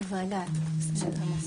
אז רגע נעבור